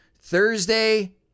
Thursday